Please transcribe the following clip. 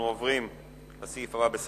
אנחנו עוברים לסעיף הבא בסדר-היום: